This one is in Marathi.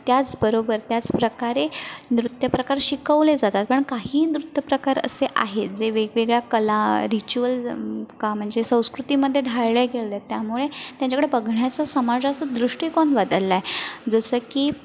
त्याचबरोबर त्याचप्रकारे नृत्यप्रकार शिकवले जातात पण काही नृत्यप्रकार असे आहे जे वेगवेगळ्या कला रिच्युअल्स का म्हणजे संस्कृतीमध्ये ढाळले गेले त्यामुळे त्यांच्याकडे बघण्याचा समाजाचा दृष्टिकोन बदलला आहे जसं की